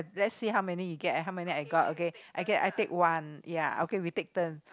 let's see how many you get and how many I got okay I get I take one ya okay we take turns